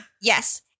yes